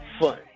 fun